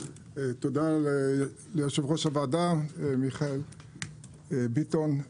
תודה ליושב-ראש הוועדה מיכאל ביטון.